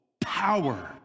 power